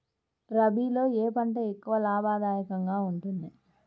రబీలో ఏ పంట ఎక్కువ లాభదాయకంగా ఉంటుంది?